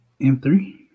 M3